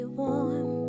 warm